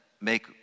make